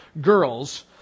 girls